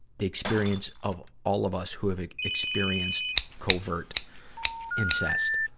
the experience of all of us who have experienced covert incest.